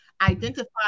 identify